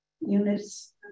units